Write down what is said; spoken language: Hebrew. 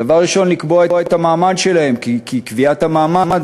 דבר ראשון, לקבוע את המעמד שלהם, כי קביעת המעמד